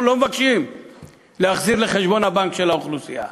אנחנו לא מבקשים להחזיר לחשבון הבנק של האוכלוסייה,